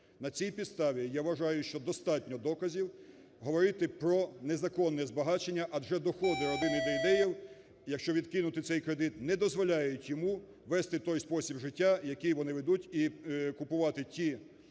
На цій підставі я вважаю, що достатньо доказів говорити про незаконне збагачення, адже доходи родини Дейдеїв, якщо відкинути цей кредит, не дозволяють йому вести той спосіб життя, який вони ведуть і купувати ті цінні